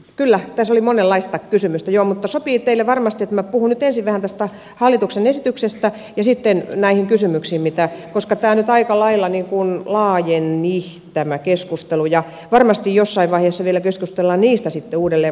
kyllä tässä oli monenlaista kysymystä mutta sopii teille varmasti että minä puhun nyt ensin vähän tästä hallituksen esityksestä ja sitten mennään näihin kysymyksiin koska tämä keskustelu nyt aika lailla laajeni ja varmasti jossain vaiheessa vielä keskustellaan niistä sitten uudelleen